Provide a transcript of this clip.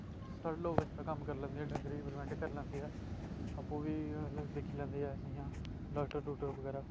साढ़े लोग अच्छा कम्म करी लैंदे डंगरें परिवेंट करी लैंदे ऐ आपूं बी मतलब दिक्खी लैंदे ऐ अस इयां डाक्टरै डूक्टरै बगैरा